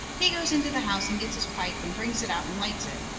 he goes into the house and gets his pipe, and brings it out and lights it,